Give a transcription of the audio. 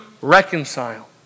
reconcile